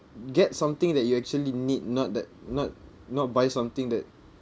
get something that you actually need not that not not buy something that